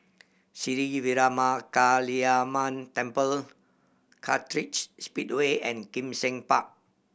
Sri Veeramakaliamman Temple Kartright Speedway and Kim Seng Park